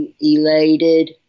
elated